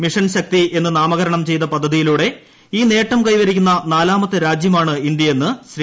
mission Shakti എന്ന് നാമകരണം ചെയ്ത പദ്ധതിയിലൂടെ ഈ നേട്ടം കൈവരിക്കുന്ന നാലാമത്തെ രാജൃമാണ് ഇന്തൃയെന്ന് ശ്രീ